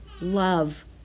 love